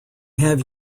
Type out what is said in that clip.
have